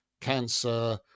cancer